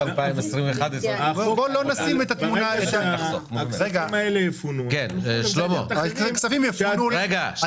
ברגע שהכספים האלה יפונו --- אני